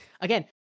again